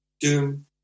doom